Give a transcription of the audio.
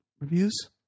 reviews